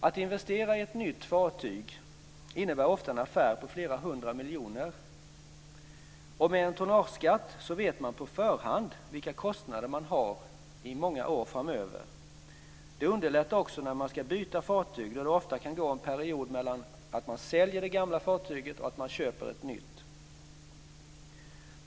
Att investera i ett nytt fartyg innebär ofta en affär på flera hundra miljoner kronor. Med en tonnageskatt vet man på förhand vilka kostnader man har i många år framöver. Det underlättar också när man ska byta fartyg, då det ofta kan gå en period mellan det att man säljer det gamla fartyget och att man köper ett nytt.